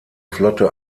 flotte